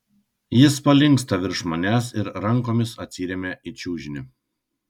jis palinksta virš manęs ir rankomis atsiremia į čiužinį